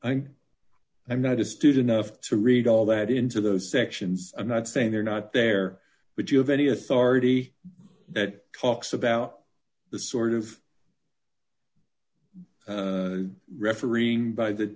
i'm i'm not a student of to read all that into those sections i'm not saying they're not there but you have any authority that talks about the sort of refereeing by the